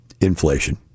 Inflation